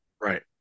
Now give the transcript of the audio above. right